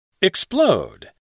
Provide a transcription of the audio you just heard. explode